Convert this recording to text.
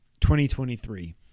2023